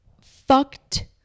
fucked